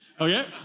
Okay